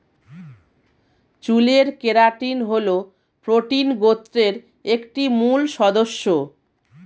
চুলের কেরাটিন হল প্রোটিন গোত্রের একটি মূল সদস্য